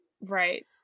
Right